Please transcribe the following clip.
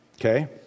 Okay